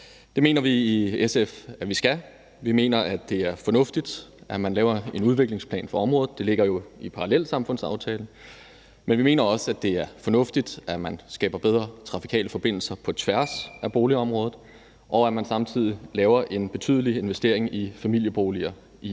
Det mener vi i SF at vi skal. Vi mener, det er fornuftigt, at man laver en udviklingsplan for området. Det ligger jo i parallelsamfundsaftalen. Men vi mener også, det er fornuftigt, at man skaber bedre trafikale forbindelser på tværs af boligområdet, og at man samtidig laver en betydelig investering i familieboliger i